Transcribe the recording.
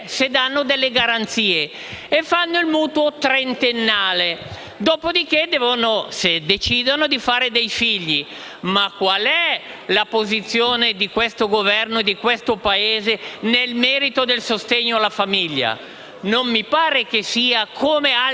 se danno garanzie. Dunque, stipulano un mutuo trentennale, dopo di che, magari, decidono di fare dei figli. Ma qual è la posizione di questo Governo e di questo Paese nel merito del sostegno alla famiglia? Non mi pare che sia la